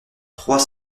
trois